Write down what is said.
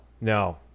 No